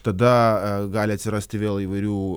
tada gali atsirasti vėl įvairių